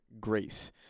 grace